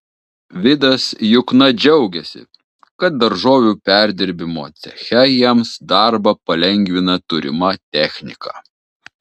vidas jukna džiaugiasi kad daržovių perdirbimo ceche jiems darbą palengvina turima technika